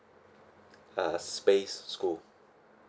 uh space school